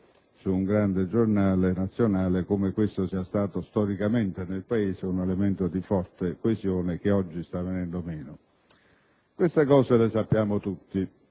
su un grande giornale nazionale come questo sia stato storicamente nel Paese un elemento di forte coesione, che oggi sta venendo meno. Queste cose le sanno tutti.